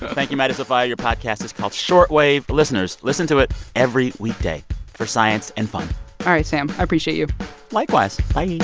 thank you, maddie sofia. your podcast is called short wave. listeners, listen to it every weekday for science and fun all right, sam. i appreciate you likewise. bye